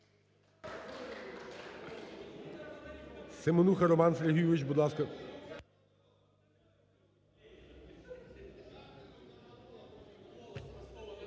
Семенуха Роман Сергійович, будь ласка.